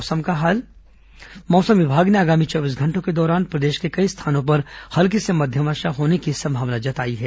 मौसम मौसम विभाग ने आगामी चौबीस घंटों के दौरान प्रदेश के कई स्थानों पर हल्की से मध्यम वर्षा होने की संभावना जताई है